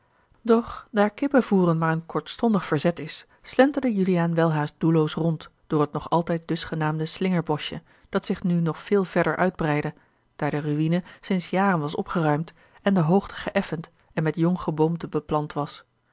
doch daar kippen voeren maar een kortstondig verzet is slenterde juliaan welhaast doelloos rond a l g bosboom-toussaint de delftsche wonderdokter eel door het nog altijd dusgenaamde slingerboschje dat zich nu nog veel verder uitbreidde daar de ruïne sinds jaren was opgeruimd en de hoogte geëffend en met jong geboomte beplant was